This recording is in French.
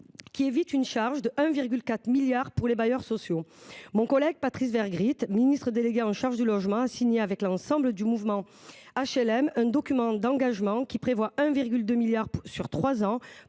qui évite une charge de 1,4 milliard d’euros pour les bailleurs sociaux, mon collègue Patrice Vergriete, ministre délégué chargé du logement, a signé avec l’ensemble du mouvement HLM un document d’engagements qui prévoit 1,2 milliard d’euros sur trois ans